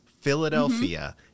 Philadelphia